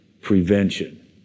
prevention